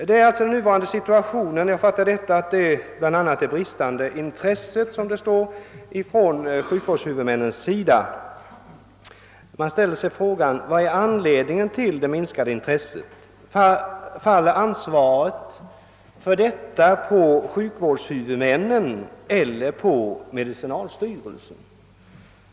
Jag förmodar att statsrådet med uttrycket »nuvarande situation» avser det »bristande intresset« — som det heter i svaret — från sjukvårdshuvudmännens sida. Man frågar sig vilken anledningen till det minskade intresset kan vara. Faller ansvaret härför på sjukvårdshuvudmännen eller på medicinalstyrelsen?